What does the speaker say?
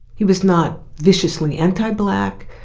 he was not viciously anti black,